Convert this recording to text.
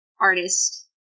artist-